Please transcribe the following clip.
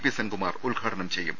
P Senkumar ഉദ്ഘാടനം ചെയ്യും